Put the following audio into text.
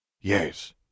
Yes